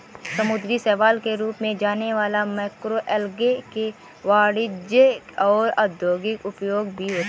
समुद्री शैवाल के रूप में जाने वाला मैक्रोएल्गे के वाणिज्यिक और औद्योगिक उपयोग भी होते हैं